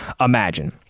imagine